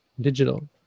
digital